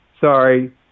Sorry